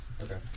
Okay